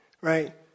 right